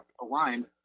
aligned